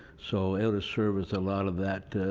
so and service a lot of that